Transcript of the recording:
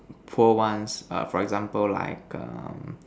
poor ones err for example like um